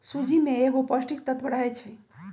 सूज्ज़ी में कएगो पौष्टिक तत्त्व रहै छइ